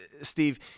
Steve –